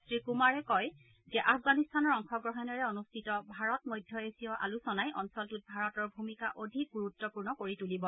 শ্ৰী কুমাৰে কয় যে আফগানিস্তানৰ অংশগ্ৰহণেৰে অনুষ্ঠিত ভাৰত মধ্য এছীয়া আলোচনাই অঞ্চলটোত ভাৰতৰ ভূমিকা অধিক গুৰুত্বপূৰ্ণ কৰি তুলিব